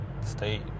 state